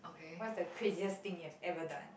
what is the craziest thing you've ever done